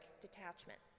detachment